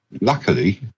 Luckily